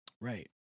right